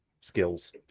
skills